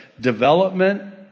development